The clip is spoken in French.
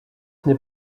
n’est